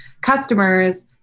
customers